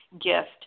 gift